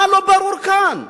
מה לא ברור כאן?